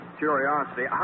curiosity